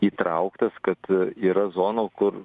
įtrauktas kad yra zonų kur